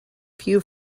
few